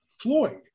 Floyd